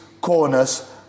corners